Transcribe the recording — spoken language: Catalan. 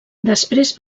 després